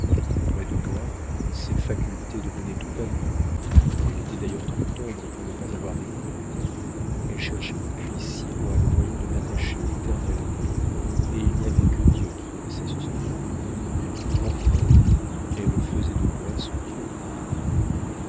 près de moi ses facultés devenaient tout amour elle était d'ailleurs trop tendre pour ne pas avoir des craintes elle cherchait depuis six mois le moyen de m'attacher éternellement et il n'y avait que dieu qui connaissait ce secret-là enfin elle faisait de moi son dieu